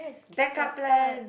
back up plan